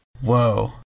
Whoa